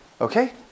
Okay